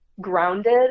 grounded